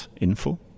.info